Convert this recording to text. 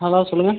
hello சொல்லுங்கள்